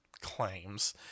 claims